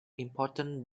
important